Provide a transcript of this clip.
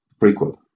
prequel